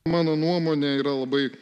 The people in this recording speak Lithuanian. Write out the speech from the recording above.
mano nuomonė yra labai